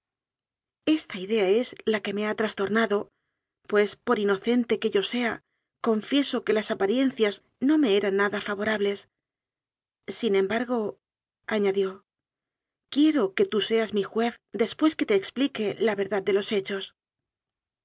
esta idea es la que me ha trastornado pues por inocente que yo sea confieso que las apariencias no me eran nada favorables sin embargoañadió quiero que tú seas mi juez después que te explique la verdad de los hechos